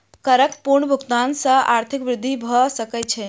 करक पूर्ण भुगतान सॅ आर्थिक वृद्धि भ सकै छै